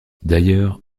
d’ailleurs